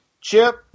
chip